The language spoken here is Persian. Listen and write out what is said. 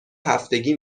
هفتگی